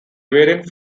variant